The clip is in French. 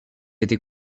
été